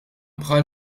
bħal